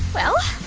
well,